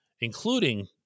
including